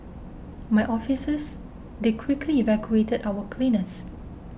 my officers they quickly evacuated our cleaners